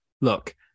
look